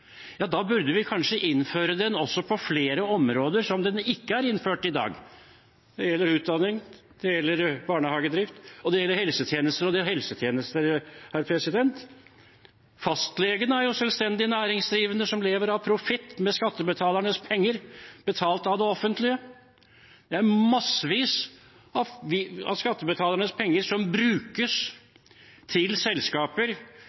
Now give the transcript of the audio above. ja, da burde vi kanskje innføre den på flere områder der den ikke er innført i dag. Det gjelder utdanning, det gjelder barnehagedrift og det gjelder helsetjenester. Og når det gjelder helsetjenester: Fastlegene er jo selvstendig næringsdrivende som lever av profitt med skattebetalernes penger, betalt av det offentlige. Massevis av skattebetalernes penger brukes til selskaper